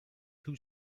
two